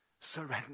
Surrender